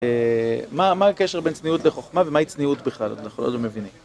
מה הקשר בין צניעות לחוכמה ומה היא צניעות בכלל, אנחנו עוד לא מבינים